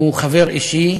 הוא חבר אישי